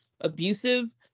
abusive